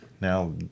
Now